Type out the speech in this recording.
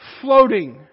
floating